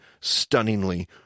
stunningly